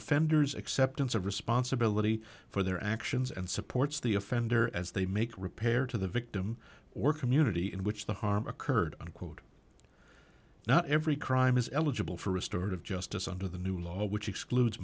offender's acceptance of responsibility for their actions and supports the offender as they make repair to the victim or community in which the harm occurred unquote not every crime is eligible for restorative justice under the new law which excludes